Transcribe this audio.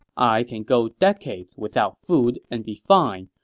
i can go decades without food and be fine,